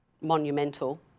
monumental